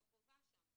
זו חובה שם.